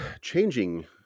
changing